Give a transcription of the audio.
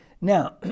Now